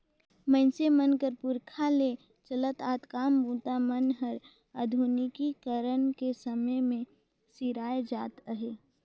मइनसे मन कर पुरखा ले चलत आत काम बूता मन हर आधुनिकीकरन कर समे मे सिराए जात अहे